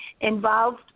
involved